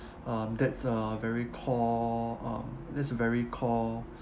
um that's a very core um that's very core